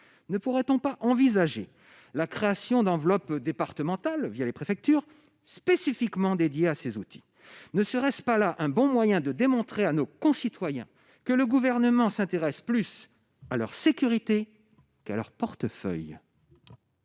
ne pourrait-on pas envisager la création d'enveloppes départementales via les préfectures spécifiquement dédiée à ces outils ne serait-ce pas là un bon moyen de démontrer à nos concitoyens que le gouvernement s'intéresse plus à leur sécurité qu'à leur portefeuille.